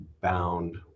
bound